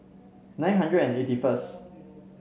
nine hundred and eighty first